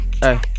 Hey